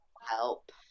Help